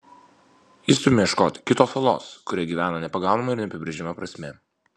ji stumia ieškoti kitos salos kurioje gyvena nepagaunama ir neapibrėžiama prasmė